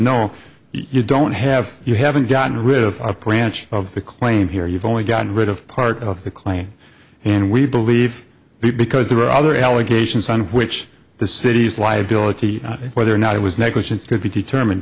no you don't have you haven't gotten rid of our branch of the claim here you've only gotten rid of part of the claim and we believe because there were other allegations on which the city's liability whether or not it was negligence